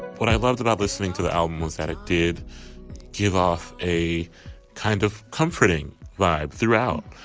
what i loved about listening to the album was that it did give off a kind of comforting vibe throughout.